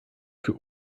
für